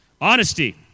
Honesty